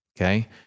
Okay